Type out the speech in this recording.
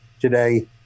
today